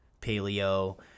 paleo